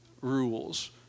rules